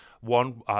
one